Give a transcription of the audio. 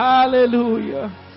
Hallelujah